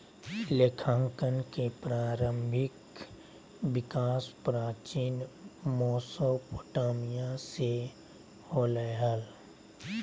लेखांकन के प्रारंभिक विकास प्राचीन मेसोपोटामिया से होलय हल